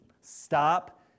stop